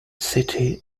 city